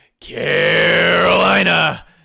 Carolina